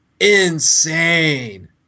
insane